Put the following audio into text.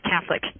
Catholic